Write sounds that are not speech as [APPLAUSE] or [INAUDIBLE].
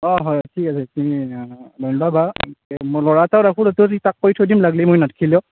অঁ হয় ঠিক আছে ঠিক আছে অঁ [UNINTELLIGIBLE] মই ল'ৰা এটা থাকিব তাতে তুমি তাক কৈ থৈ দিম লাগিলে মই নাথাকিলেও